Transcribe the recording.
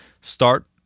start